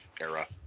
era